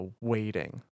waiting